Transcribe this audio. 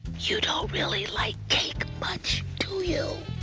you don't really like cake much, do you?